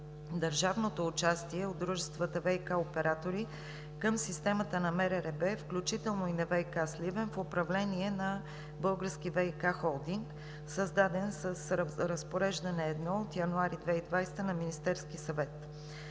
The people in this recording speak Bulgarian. държавното участие от дружествата ВиК оператори към системата на МРРБ, включително и на „ВиК – Сливен“ в управление на Български ВиК холдинг, създаден с Разпореждане № 1 от месец януари 2020 г. на Министерския съвет.